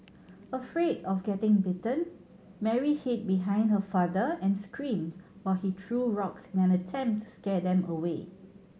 afraid of getting bitten Mary hid behind her father and screamed while he true rocks in an attempt to scare them away